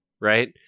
right